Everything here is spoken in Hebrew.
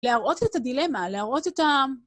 להראות את הדילמה, להראות את ה...